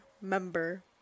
member